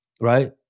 right